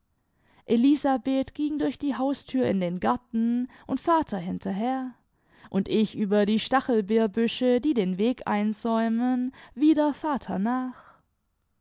elisabeth ging durch die haustür in den garten und vater hinterher und ich über die stachelbeerbüsche die den weg einsäumen wieder vater nach